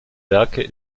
werke